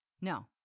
No